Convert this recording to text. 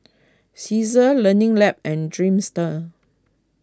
Cesar Learning Lab and Dreamster